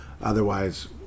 Otherwise